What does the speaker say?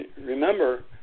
Remember